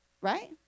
right